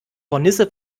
hornisse